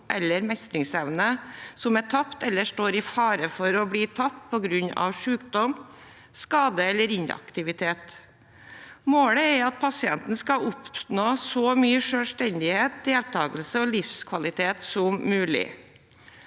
eller mestringsevne som er tapt, eller står i fare for å bli tapt, på grunn av sykdom, skade eller inaktivitet. Målet er at pasi enten skal oppnå så mye selvstendighet, deltakelse og livskvalitet som mulig.